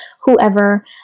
whoever